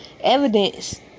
evidence